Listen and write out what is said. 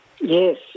Yes